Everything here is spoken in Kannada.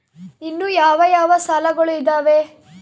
ಇನ್ನು ಯಾವ ಯಾವ ಸಾಲಗಳು ಇದಾವೆ?